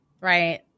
Right